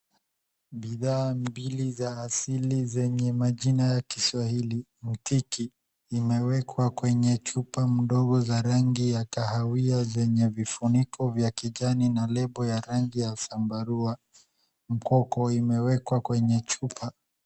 Bidhaa mbili za asili zenye majina ya kiswahili, mtiki, imewekwa kwenye chupa mdogo za rangi ya kahawia zenye kifuniko za kijani na label ya rangi ya sambarua, mkoko umewekwa kwenye chupa.